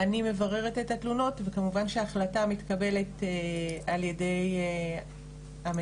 אני מבררת את התלונות וכמובן שההחלטה מתקבלת על ידי המנהלים.